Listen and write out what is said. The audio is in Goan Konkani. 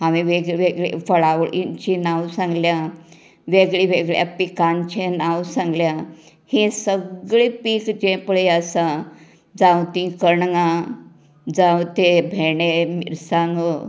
हांवें वेगळवेगळे फळावळींचे नांव सांगल्या वेगळ्या वेगळ्या पिकांचे नांव सांगल्या ही सगळीं पीक जे पळय आसा जावं ती कणगां जावं तें भेंडे मिरसांगो